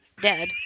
dead